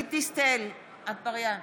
גלית דיסטל אטבריאן,